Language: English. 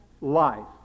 life